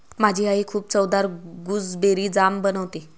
माझी आई खूप चवदार गुसबेरी जाम बनवते